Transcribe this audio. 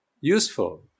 useful